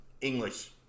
English